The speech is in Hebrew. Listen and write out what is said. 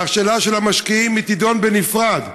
והשאלה של המשקיעים, היא תידון בנפרד.